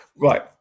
right